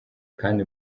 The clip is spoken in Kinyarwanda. kandi